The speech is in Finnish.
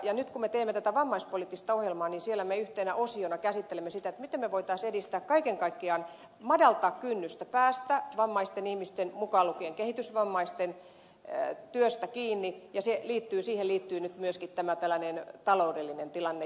nyt kun teemme vammaispoliittista ohjelmaa siellä me yhtenä osiona käsittelemme sitä miten me voisimme edistää kaiken kaikkiaan madaltaa kynnystä vammaisten ihmisten mukaan lukien kehitysvammaisten päästä työhön kiinni ja siihen liittyy nyt myöskin tämä taloudellinen tilanne